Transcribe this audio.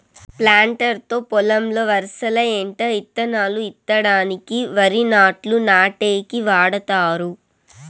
planter తో పొలంలో వరసల ఎంట ఇత్తనాలు ఇత్తడానికి, వరి నాట్లు నాటేకి వాడతారు